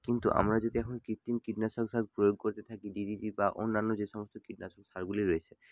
কিন্তু আমরা যদি এখন কৃত্রিম কীটনাশক সার প্রয়োগ করে থাকি ডিডিটি বা অন্যান্য যে সমস্ত কীটনাশক সারগুলি রয়েছে